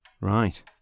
Right